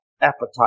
appetite